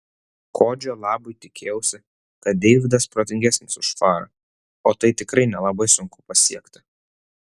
kodžio labui tikėjausi kad deividas protingesnis už farą o tai tikrai nelabai sunku pasiekti